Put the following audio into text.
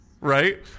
right